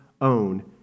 own